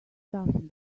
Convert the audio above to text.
stuff